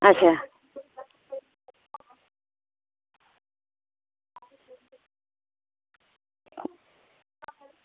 अच्छा